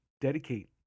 dedicate